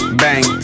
bang